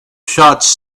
shots